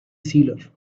sealer